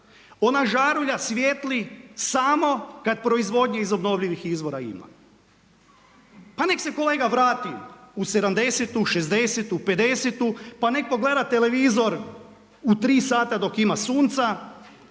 ona žarulja svijetli samo kad proizvodnje iz obnovljivih izvora ima. Pa nek' se kolega vrati u sedamdesetu, u šezdesetu, pedesetu pa nek' pogleda televizor u tri sata dok ima sunca,